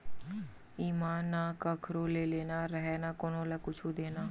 एमा न कखरो ले लेना रहय न कोनो ल कुछु देना